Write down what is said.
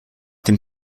dem